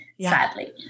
sadly